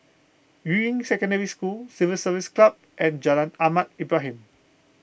Yuying Secondary School Civil Service Club and Jalan Ahmad Ibrahim